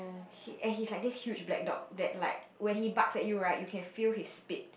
he and he like this huge black dog that like when he barks at you right you can feel his speed